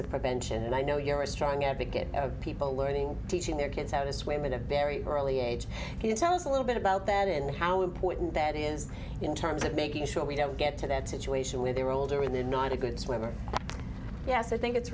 of prevention and i know you're a strong advocate of people learning teaching their kids how to swim in a very early age you tell us a little bit about that and how important that is in terms of making sure we don't get to that situation when they were older we need not a good swimmer yes i think it's